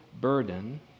burden